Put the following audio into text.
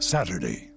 Saturday